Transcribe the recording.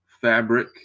fabric